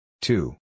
Two